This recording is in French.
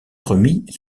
remis